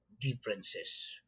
differences